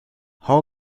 how